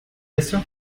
eso